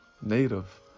Native